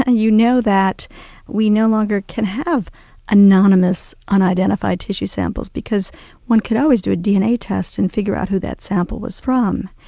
ah you know that we no longer can have anonymous, unidentified tissue samples because one could always do a dna test and figure out who that sample was from.